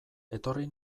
etorri